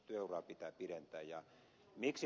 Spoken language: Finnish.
työuraa pitää pidentää